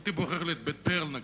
הייתי בוחר את בית-ברל נגיד,